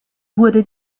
wurde